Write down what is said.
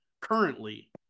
currently